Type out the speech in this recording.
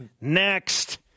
next